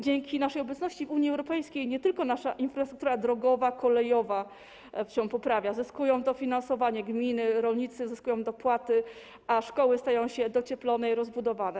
Dzięki naszej obecności w Unii Europejskiej nie tylko nasza infrastruktura drogowa, kolejowa się poprawia, gminy zyskują dofinansowanie, rolnicy zyskują dopłaty, a szkoły zostają docieplone i rozbudowane.